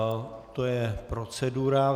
Ano, to je procedura.